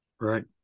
Right